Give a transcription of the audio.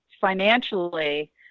financially